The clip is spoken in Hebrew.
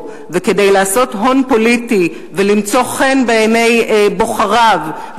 וכדי לעשות הון פוליטי ולמצוא חן בעיני בוחריו,